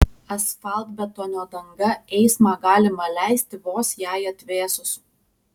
asfaltbetonio danga eismą galima leisti vos jai atvėsus